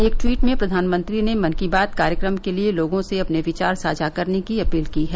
एक ट्वीट में प्रधानमंत्री ने मन की बात कार्यक्रम के लिए लोगों से अपने विचार साझा करने की अपील की है